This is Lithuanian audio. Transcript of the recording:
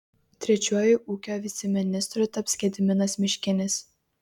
trečiuoju ūkio viceministru taps gediminas miškinis